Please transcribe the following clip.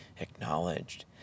acknowledged